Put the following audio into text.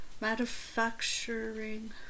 manufacturing